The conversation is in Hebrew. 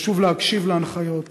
חשוב להקשיב להנחיות,